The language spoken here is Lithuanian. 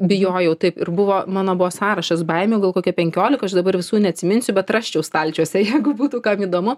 bijojau taip ir buvo mano buvo sąrašas baimių gal kokie penkiolika aš dabar visų neatsiminsiu bet rasčiau stalčiuose jeigu būtų kam įdomu